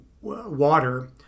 water